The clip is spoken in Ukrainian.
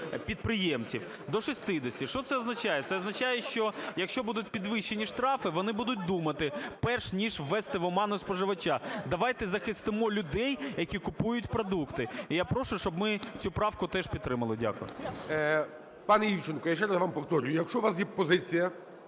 підприємців – до 60. Що це означає? Це означає, що, якщо будуть підвищені штрафи, вони будуть думати перш ніж ввести в оману споживача. Давайте захистимо людей, які купують продукти. І я прошу, щоб ми цю правку теж підтримали. Дякую. ГОЛОВУЮЧИЙ. Пане Івченко, я ще раз вам повторюю, якщо у вас є позиція,